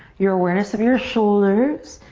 your awareness of your shoulders.